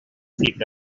fica